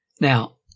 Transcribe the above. Now